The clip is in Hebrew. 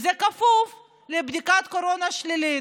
וזה כפוף לבדיקת קורונה שלילית.